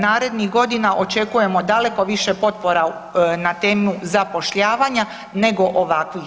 Narednih godinama očekujemo daleko više potpora na temu zapošljavanja nego ovakvih.